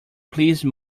please